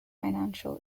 financial